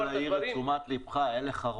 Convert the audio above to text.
אדוני, אני רוצה להעיר את תשומת לבך, אין לך רוב.